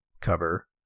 cover